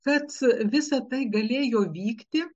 kad visa tai galėjo vykti